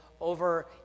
Over